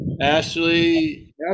Ashley